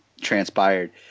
transpired